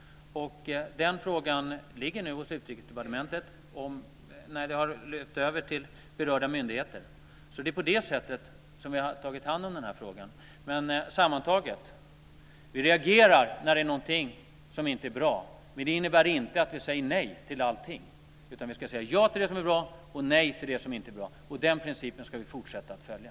Den frågan har nu lyfts över till berörda myndigheter. Det är på det sättet som vi har tagit hand om den här frågan. Sammantaget vill jag säga att vi reagerar när det är någonting som inte är bra, men det innebär inte att vi säger nej till allt. Vi ska säga ja till det som är bra och nej till det som inte är bra. Den principen ska vi fortsätta att följa.